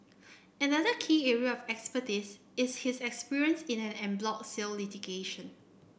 another key area of expertise is his experience in en bloc sale litigation